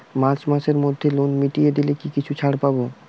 March মাসের মধ্যে loan মিটিয়ে দিলে কি কিছু ছাড় পাব?